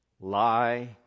Lie